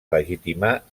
legitimar